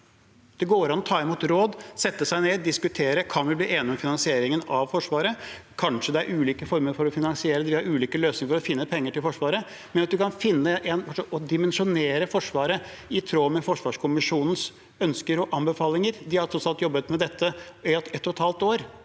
Det går an å ta imot råd, sette seg ned og diskutere om vi kan bli enige om finansieringen av Forsvaret. Kanskje er det ulike former for finansiering, at vi har ulike løsninger for å finne penger til Forsvaret, men at man kan finne en måte å dimensjonere Forsvaret på som er i tråd med forsvarskommisjonens ønsker og anbefalinger. De har tross alt jobbet med dette i ett og et halvt år